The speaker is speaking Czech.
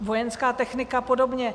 Vojenská technika a podobně.